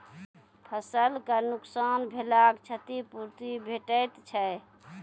फसलक नुकसान भेलाक क्षतिपूर्ति भेटैत छै?